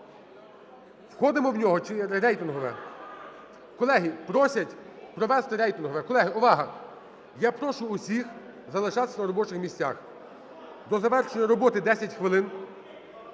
Входимо в нього чи рейтингове? Колеги, просять провести рейтингове. Колеги, увага! Я прошу всіх залишатися на робочих місцях. До завершення роботи 10 хвилин.